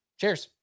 Cheers